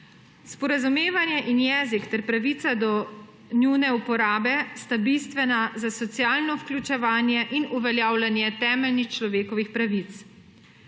Sporazumevanje in jezik ter pravica do njune uporabe sta bistvena za socialno vključevanje in uveljavljanje temeljnih človekovih pravic.